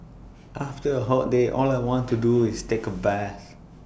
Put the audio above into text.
after A hot day all I want to do is take A bath